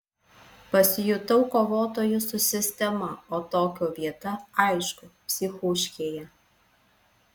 pasijutau kovotoju su sistema o tokio vieta aišku psichuškėje